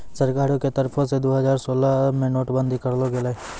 सरकारो के तरफो से दु हजार सोलह मे नोट बंदी करलो गेलै